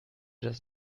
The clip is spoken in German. das